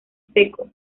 seco